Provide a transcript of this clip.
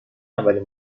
اولین